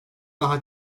daha